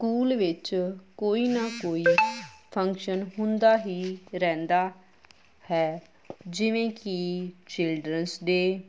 school ਵਿੱਚ ਕੋਈ ਨਾ ਕੋਈ ਫੰਕਸ਼ਨ ਹੁੰਦਾ ਹੀ ਰਹਿੰਦਾ ਹੈ ਜਿਵੇਂ ਕਿ ਚਿਲਡਰਨਸ ਡੇ